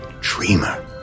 dreamer